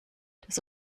das